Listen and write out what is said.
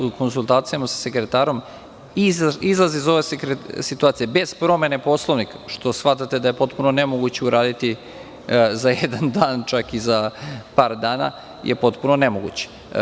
U konsultacijama sa sekretarom, izlaz iz ove situacije, bez promene Poslovnika, što shvatate da je potpuno nemoguće uraditi za jedan dan, čak i za par dana, je potpuno nemoguć.